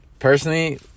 Personally